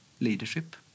leadership